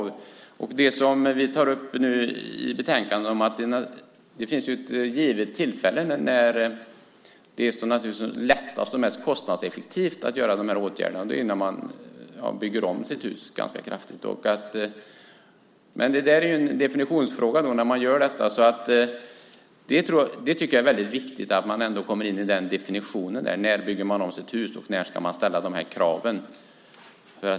Vi tar upp i betänkandet att det finns ett givet tillfälle när det är lättast och mest kostnadseffektivt att vidta de här åtgärderna. Det är när man bygger om sitt hus ganska kraftigt. Det är en definitionsfråga. Jag tycker att det är väldigt viktigt att få in den definitionen. När bygger man om sitt hus? När ska man ställa de här kraven?